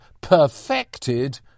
perfected